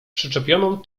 przyczepioną